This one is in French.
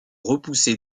repoussée